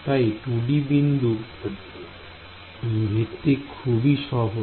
তাই 2D বিন্দু ভিত্তিক খুবই সহজ